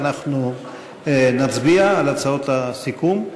ואנחנו נצביע על הצעות הסיכום.